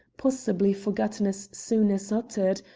possibly forgotten as soon as uttered,